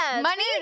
Money